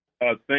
Thank